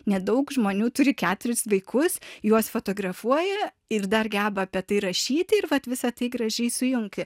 nedaug žmonių turi keturis vaikus juos fotografuoja ir dar geba apie tai rašyti ir vat visa tai gražiai sujungti